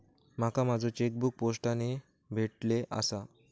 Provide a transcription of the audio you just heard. माका माझो चेकबुक पोस्टाने भेटले आसा